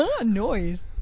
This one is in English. noise